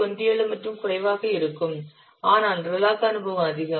17 மற்றும் குறைவாக இருக்கும் ஆனால் நிரலாக்க அனுபவம் அதிகம்